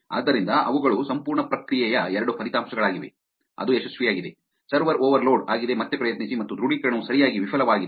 ಆದ್ದರಿಂದ ಅವುಗಳು ಸಂಪೂರ್ಣ ಪ್ರಕ್ರಿಯೆಯ ಎರಡು ಫಲಿತಾಂಶಗಳಾಗಿವೆ ಅದು ಯಶಸ್ವಿಯಾಗಿದೆ ಸರ್ವರ್ ಓವರ್ಲೋಡ್ ಆಗಿದೆ ಮತ್ತೆ ಪ್ರಯತ್ನಿಸಿ ಮತ್ತು ದೃಢೀಕರಣವು ಸರಿಯಾಗಿ ವಿಫಲವಾಗಿದೆ